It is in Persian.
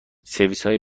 سرویسهای